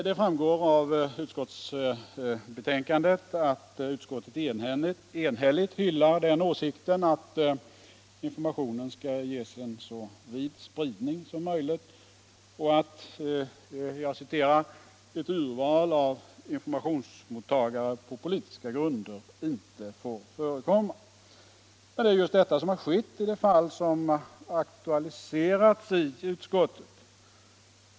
Det framgår av utskottsbetänkandet att utskottet enhälligt hyllar den åsikten att informationen skall ges en så vid spridning som möjligt och att ”ett urval av informationsmottagare på politiska grunder inte får förekomma”. Men det är just detta som har skett i det fall som aktualiserats i utskottet.